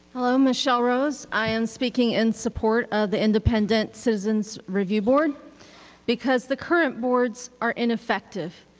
hello, michelle rose. i am speaking in support of the independent citizens review board because the current boards are ineffective.